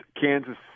Kansas